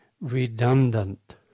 redundant